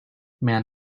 man